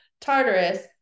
Tartarus